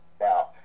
now